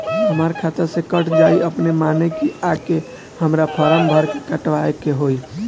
हमरा खाता से कट जायी अपने माने की आके हमरा फारम भर के कटवाए के होई?